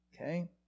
Okay